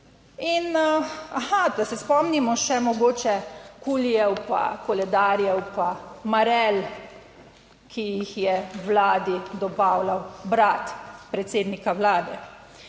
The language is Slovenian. In aha, da se spomnimo še mogoče kulijev, pa koledarjev, pa marel, ki jih je vladi dobavljal brat predsednika vlade,